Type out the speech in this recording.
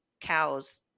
cows